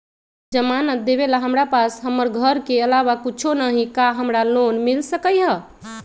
जमानत देवेला हमरा पास हमर घर के अलावा कुछो न ही का हमरा लोन मिल सकई ह?